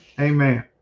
amen